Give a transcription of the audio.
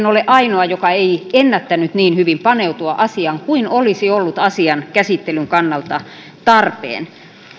ole ainoa joka ei ennättänyt niin hyvin paneutua asiaan kuin olisi ollut asian käsittelyn kannalta tarpeen